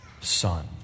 son